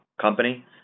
company